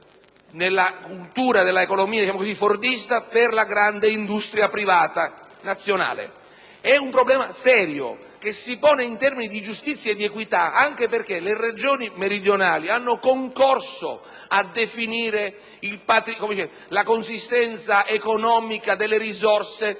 nella cultura dell'economia fordista per la grande industria privata nazionale. È un problema serio, che si pone in termini di giustizia e di equità, anche perché le Regioni meridionali hanno concorso a definire la consistenza economica delle risorse che